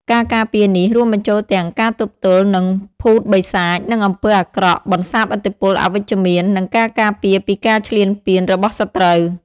ការការពារនេះ រួមបញ្ចូលទាំង ការទប់ទល់នឹងភូតបិសាច និងអំពើអាក្រក់ បន្សាបឥទ្ធិពលអវិជ្ជមាន និងការការពារពីការឈ្លានពានរបស់សត្រូវ។